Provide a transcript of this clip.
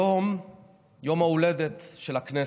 היום יום ההולדת של הכנסת,